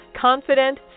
Confident